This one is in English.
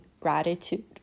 gratitude